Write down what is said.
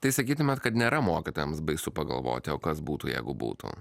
tai sakytumėt kad nėra mokytojams baisu pagalvoti o kas būtų jeigu būtų